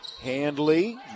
Handley